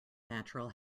natural